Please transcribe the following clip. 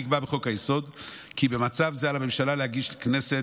נקבע בחוק-היסוד כי במצב זה על הממשלה להגיש לכנסת